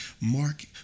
Mark